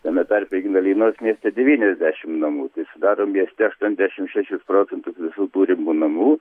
tame tarpe ignalinos mieste devyniasdešim namų tai sudaro mieste aštuondešim šešis procentus visų turimų namų